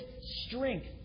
strength